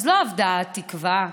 אז לא אבדה התקווה.